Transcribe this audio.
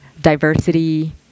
diversity